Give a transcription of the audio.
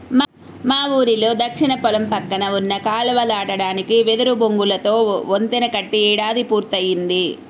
మా ఊరిలో దక్షిణ పొలం పక్కన ఉన్న కాలువ దాటడానికి వెదురు బొంగులతో వంతెన కట్టి ఏడాది పూర్తయ్యింది